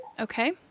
Okay